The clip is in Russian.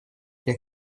при